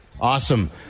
Awesome